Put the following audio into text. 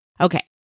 Okay